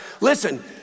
Listen